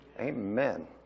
Amen